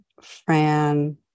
Fran